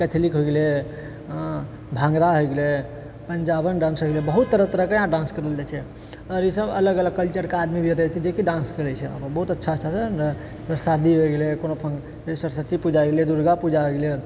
कथकली हो गेलै भंगड़ा होइ गेलै पंजाबन डान्स होइ गेलै बहुत तरह तरहकेँ यहाँ डान्स करल जाइत छै और ईसब अलग अलग कल्चरके आदमी जेकी डान्स करैत छै बहुत अच्छा अच्छासँ शादी होइ गेलै कोनो जैसे सरस्वती पूजा होइ गेलै दुर्गा पूजा होइ गेलै